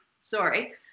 sorry